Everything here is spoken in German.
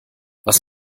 was